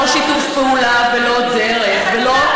לא שיתוף פעולה ולא דרך ולא,